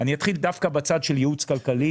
אני אתחיל דווקא בצד של ייעוץ כלכלי.